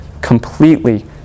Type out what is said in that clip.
completely